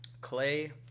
Clay